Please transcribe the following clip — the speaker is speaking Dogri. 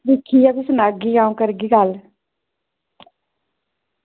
दिक्खियै फ्ही सनाह्गी अं'ऊ करगी गल्ल